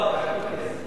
לא, זה הכול כסף...